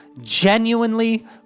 genuinely